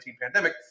pandemic